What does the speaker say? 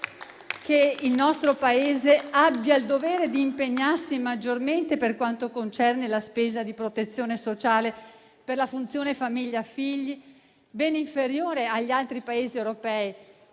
che il nostro Paese abbia il dovere di impegnarsi maggiormente per quanto concerne la spesa di protezione sociale per la funzione famiglia-figli, ben inferiore agli altri Paesi europei,